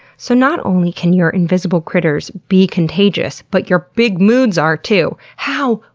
so not only can your invisible critters be contagious, but your big moods are too! how?